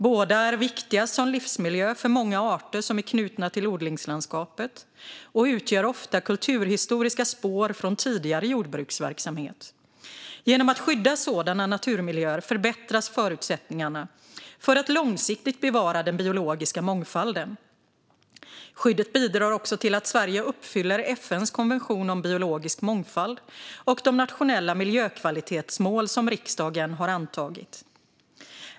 Båda är viktiga som livsmiljöer för många arter som är knutna till odlingslandskapet och utgör ofta kulturhistoriska spår från tidigare jordbruksverksamhet. Genom att skydda sådana naturmiljöer förbättras förutsättningarna för att långsiktigt bevara den biologiska mångfalden. Skyddet bidrar också till att Sverige uppfyller FN:s konvention om biologisk mångfald och de nationella miljökvalitetsmål som riksdagen har antagit.